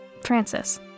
Francis